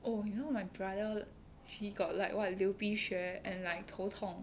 oh you know my brother he got like what 流鼻血 and like 头痛